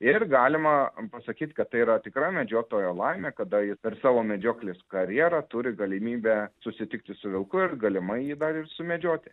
ir galima pasakyt kad tai yra tikra medžiotojo laimė kada ji per savo medžioklės karjerą turi galimybę susitikti su vilku ir galimai jį dar ir sumedžioti